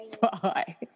bye